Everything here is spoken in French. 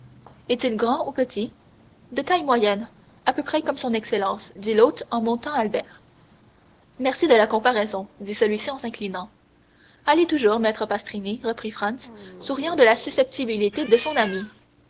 est-il grand ou petit de taille moyenne à peu près comme son excellence dit l'hôte en montrant albert merci de la comparaison dit celui-ci en s'inclinant allez toujours maître pastrini reprit franz souriant de la susceptibilité de son ami